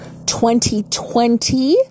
2020